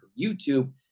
YouTube